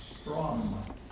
Strong